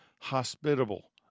hospitable